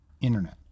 internet